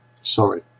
Sorry